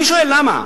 אני שואל: למה?